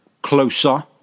closer